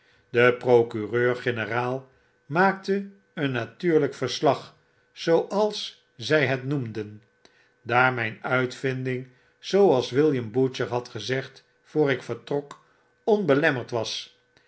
de procureur-generaal maakte een natuurlpk verslag zooals zy het noemden daar myn uitvinding zooals william butcher had gezegd voor ik vertrok onbelemmerd was